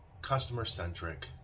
customer-centric